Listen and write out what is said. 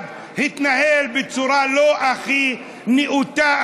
באב"ד התנהל בצורה לא הכי נאותה,